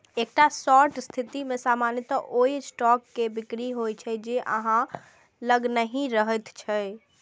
एकटा शॉर्ट स्थिति मे सामान्यतः ओइ स्टॉक के बिक्री होइ छै, जे अहां लग नहि रहैत अछि